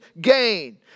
gain